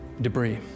debris